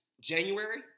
January